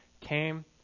came